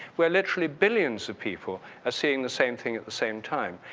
where literally billions of people are seeing the same thing at the same time.